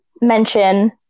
mention